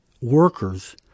workers